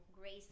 grace